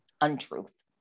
untruth